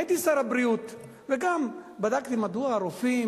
הייתי שר הבריאות ובדקתי גם מדוע בבחינות